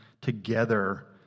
together